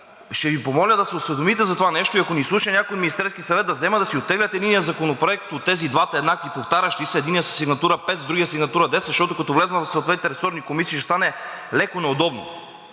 ще Ви помоля да се осведомите за това нещо. Ако ни слуша някой от Министерския съвет, да вземат да си оттеглят единия законопроект от тези два еднакви, повтарящи се. Единият със сигнатура 5, другият със сигнатура 10, защото, като влезе в съответните ресорни комисии, ще стане леко неудобно.